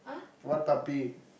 what puppy